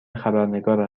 خبرنگار